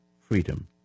freedom